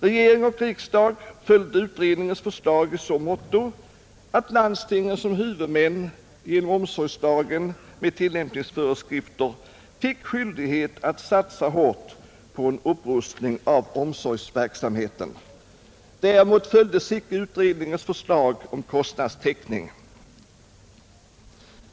Regering och riksdag följde utredningens förslag i så måtto att landstingen som huvudmän genom omsorgslagen med tillämpningsföreskrifter fick skyldighet att satsa hårt på en upprustning av omsorgsverksamheten. Däremot följdes icke utredningens förslag om kostnadstäckning.